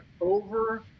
over